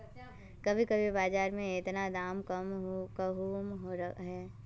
कभी कभी बाजार में इतना दाम कम कहुम रहे है?